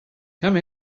come